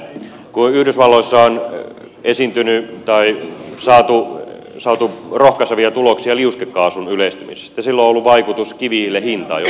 kun yhdysvalloissa on jo esiintynyt tai satu satu saatu rohkaisevia tuloksia liuskekaasun yleistymisestä sillä on ollut vaikutus kivihiilen hintaan joka on laskenut